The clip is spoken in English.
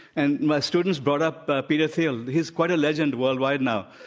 and my students brought up peter thiel. he's quite a legend worldwide now.